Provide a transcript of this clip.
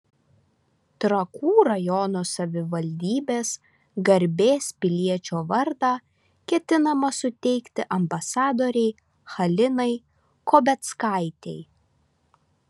trakų rajono savivaldybės garbės piliečio vardą ketinama suteikti ambasadorei halinai kobeckaitei